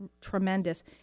tremendous